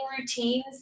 routines